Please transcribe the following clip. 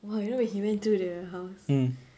!wah! you know when he went through the house